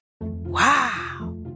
Wow